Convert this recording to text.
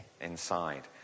inside